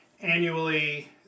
annually